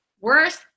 Worse